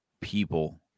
people